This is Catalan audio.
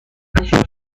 això